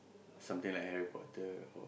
something like Harry-Potter or